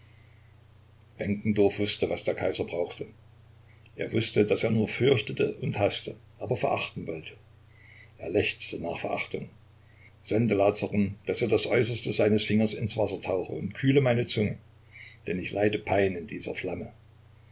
wußte was der kaiser brauchte er wußte daß er nur fürchtete und haßte aber verachten wollte er lechzte nach verachtung sende lazarum daß er das äußerste seines fingers ins wasser tauche und kühle meine zunge denn ich leide pein in dieser flamme